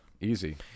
Easy